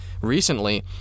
recently